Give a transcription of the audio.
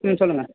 ம் சொல்லுங்க